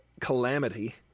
calamity